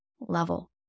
level